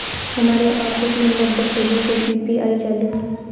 हमारे ऑफिस में लगभग सभी के पी.पी.आई चालू है